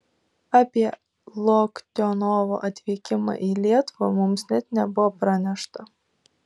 apie loktionovo atvykimą į lietuvą mums net nebuvo pranešta